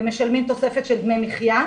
ומשלמים תוספת של דמי מחיה,